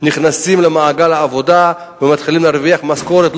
נכנסים למעגל העבודה ומתחילים להרוויח משכורת,